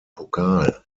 pokal